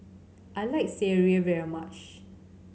I like sireh very much